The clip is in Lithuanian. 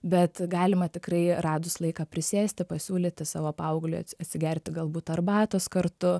bet galima tikrai radus laiką prisėsti pasiūlyti savo paaugliui atsigerti galbūt arbatos kartu